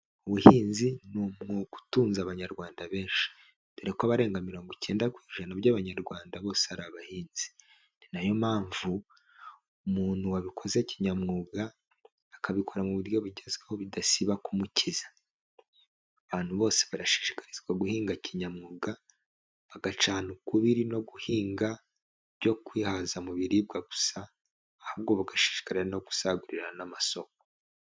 Ubuhinzi ni umwuga utunze Abanyarwanda benshi dore ko abarenga mirongo icyenda ku ijana by'Abanyarwanda bose ari abahinzi, ni nayo mpamvu umuntu wabikoze kinyamwuga, akabikora mu buryo bugezweho bidasiba kumukiza . Abantu bose barashishikarizwa guhinga kinyamwuga bagacana ukubiri no guhinga byo kwihaza mu biribwa gusa ahubwo bagashishikarira no gusagurira n'amasoko.